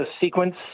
sequence